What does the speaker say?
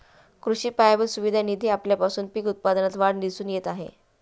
कृषी पायाभूत सुविधा निधी आल्यापासून पीक उत्पादनात वाढ दिसून येत आहे